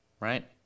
right